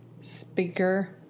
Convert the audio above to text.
speaker